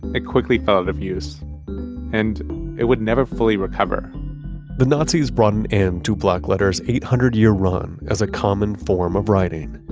it quickly fell out of use and it would never fully recover the nazis brought an end to blackletter's eight hundred year run as a common form of writing.